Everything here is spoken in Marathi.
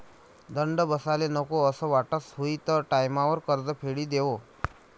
दंड बसाले नको असं वाटस हुयी त टाईमवर कर्ज फेडी देवो